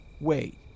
Wait